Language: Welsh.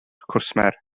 cwsmer